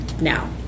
now